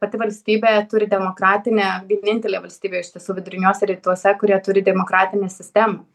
pati valstybė turi demokratinę vienintelė valstybė iš tiesų viduriniuose rytuose kurie turi demokratinę sistemą